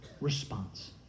response